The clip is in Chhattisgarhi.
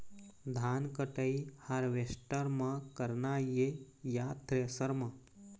धान कटाई हारवेस्टर म करना ये या थ्रेसर म?